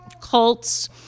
cults